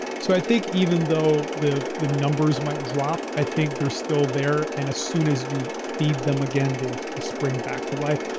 so i think even though the the numbers might drop, i think they're still there. and as soon as you feed them again, the spring back to life,